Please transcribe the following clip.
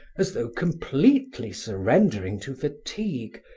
as though completely surrendering to fatigue,